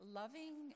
loving